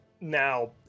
Now